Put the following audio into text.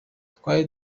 twari